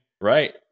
Right